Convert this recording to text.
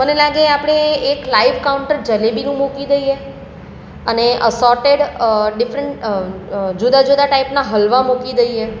મને લાગે આપણે એક લાઈવ કાઉન્ટર જલેબીનું મૂકી દઈએ અને અસોટેડ ડિફરન્ટ જુદા જુદા ટાઈપના હલવા મૂકી દઈએ